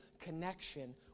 connection